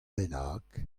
bennak